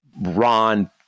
Ron